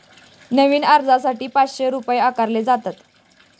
नवीन अर्जासाठी पाचशे रुपये आकारले जातात